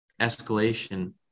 escalation